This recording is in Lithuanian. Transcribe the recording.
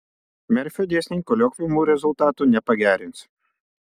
merfio dėsniai koliokviumų rezultatų nepagerins